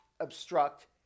obstruct